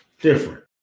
different